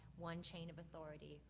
one chain of authority,